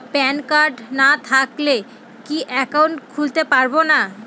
Pan card না থাকলে কি একাউন্ট খুলতে পারবো না?